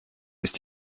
ist